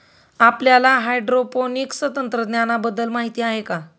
आपल्याला हायड्रोपोनिक्स तंत्रज्ञानाबद्दल माहिती आहे का?